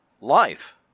life